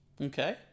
Okay